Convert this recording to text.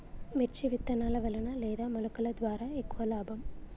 మిర్చి విత్తనాల వలన లేదా మొలకల ద్వారా ఎక్కువ లాభం?